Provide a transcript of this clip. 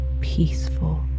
peaceful